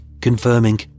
confirming